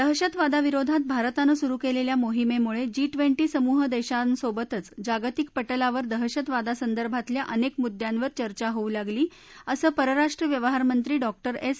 दहशतवादाविरोधात भारतानं सुरु क्लिल्शा मोहिमपुळाजी ट्वेंटी समुह दक्षीसोबतच जागतिक पटलावर दहशतवादासंदर्भातल्या अनक्रमुद्यांवर चर्चा होऊ लागली असं परराष्ट्र व्यवहार्मंत्री डॉक्टर एस